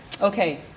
okay